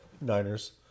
Niners